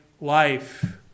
life